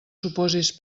supòsits